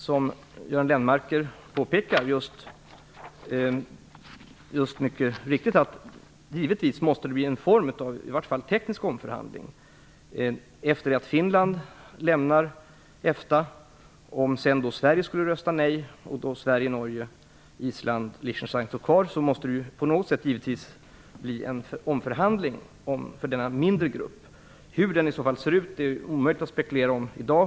Som Göran Lennmarker mycket riktigt påpekade, måste det givetvis bli en form av i vart fall teknisk omförhandling efter det att Finland lämnat EFTA. Om sedan Sverige skulle rösta nej och stå kvar tillsammans med Norge, Island och Liechtenstein, måste det bli en omförhandling för denna mindre grupp. Hur den ser ut är omöjligt att spekulera om i dag.